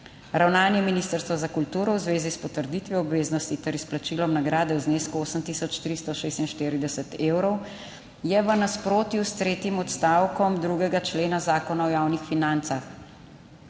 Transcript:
Ravnanje ministrstva za kulturo v zvezi s potrditvijo obveznosti ter izplačilom nagrade v znesku 8 tisoč 346 evrov je v nasprotju s tretjim odstavkom 2. člena Zakona o javnih financah.